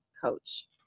coach